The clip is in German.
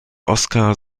oscar